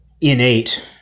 innate